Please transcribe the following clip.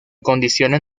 condiciones